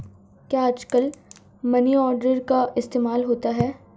क्या आजकल money order का इस्तेमाल होता है?